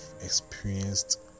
experienced